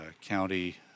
county